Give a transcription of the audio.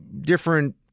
different